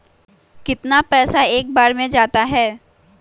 कितना पैसा एक बार में जाता है?